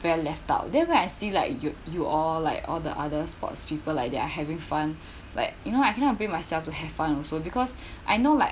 very left out then when I see like you you all like all the other sports people like they are having fun like you know I cannot bring myself to have fun also because I know like